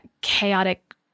chaotic